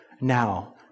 Now